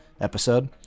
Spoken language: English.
episode